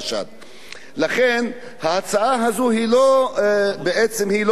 לכן ההצעה הזאת בעצם היא לא תקציבית, למה?